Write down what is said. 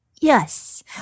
Yes